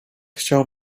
chciał